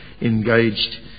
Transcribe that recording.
engaged